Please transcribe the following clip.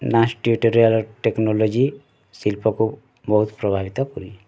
dance tutorial technology ଶିଲ୍ପକୁ ବହୁତ ପ୍ରଭାବିତ କରେ